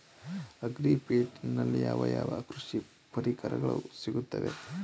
Agri ಪೇಟೆನಲ್ಲಿ ಯಾವ ಯಾವ ಕೃಷಿ ಪರಿಕರಗಳು ಸಿಗುತ್ತವೆ?